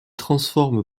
transforme